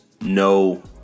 no